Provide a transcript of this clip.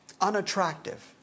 unattractive